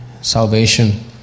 salvation